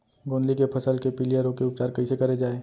गोंदली के फसल के पिलिया रोग के उपचार कइसे करे जाये?